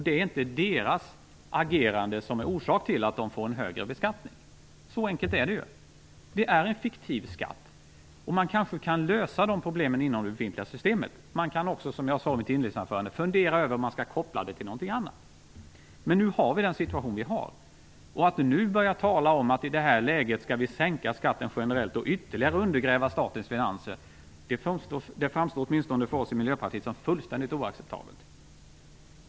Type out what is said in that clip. Det är inte deras eget agerande som är orsak till att de får en högre beskattning. Så enkelt är det ju - det en fiktiv skatt. Man kanske kan lösa problemen inom det befintliga systemet. Som jag sade i mitt inledningsanförande kan man också fundera över om man skall koppla detta till någonting annat. Men nu befinner vi oss i den situation som vi gör. Att börja tala om att vi i det här läget skall sänka skatten generellt och ytterligare undergräva statens finanser, framstår åtminstone för oss i Miljöpartiet som fullständigt oacceptabelt.